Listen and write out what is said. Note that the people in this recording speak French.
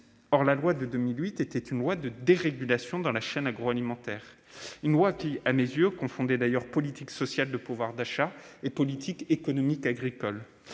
LME, qui a porté une dérégulation dans la chaîne agroalimentaire et qui, à mes yeux, confondait d'ailleurs politique sociale de pouvoir d'achat et politique économique agricole.